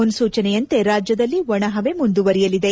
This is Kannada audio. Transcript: ಮುನ್ಸೂಚನೆಯಂತೆ ರಾಜ್ಯದಲ್ಲಿ ಒಣಹವೆ ಮುಂದುವರಿಯಲಿದೆ